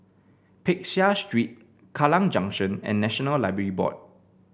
Peck Seah Street Kallang Junction and National Library Board